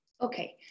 Okay